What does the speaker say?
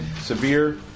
severe